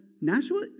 Nashua